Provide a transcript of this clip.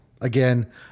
again